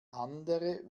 andre